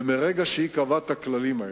ומרגע שהיא קבעה את הכללים האלה,